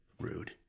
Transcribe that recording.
Rude